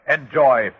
Enjoy